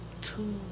two